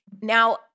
Now